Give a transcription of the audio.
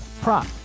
prop